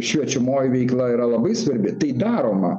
šviečiamoji veikla yra labai svarbi tai daroma